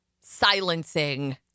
silencing